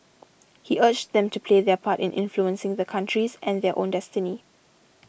he urged them to play their part in influencing the country's and their own destiny